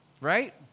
right